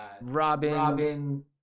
robin